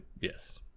Yes